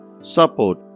support